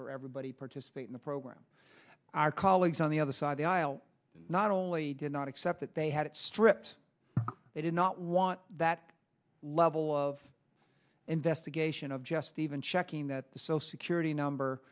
for everybody participate in the program our colleagues on the other side the aisle not only did not accept that they had it stripped they did not want that level of investigation of just even checking that the social